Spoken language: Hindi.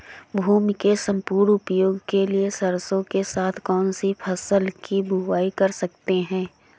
भूमि के सम्पूर्ण उपयोग के लिए सरसो के साथ कौन सी फसल की बुआई कर सकते हैं?